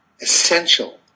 essential